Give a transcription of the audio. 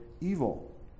evil